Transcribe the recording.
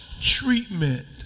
treatment